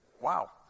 Wow